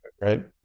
right